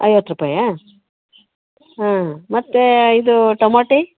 ಐವತ್ತು ರೂಪಾಯ ಹಾಂ ಮತ್ತೆ ಇದು ಟೊಮಾಟಿ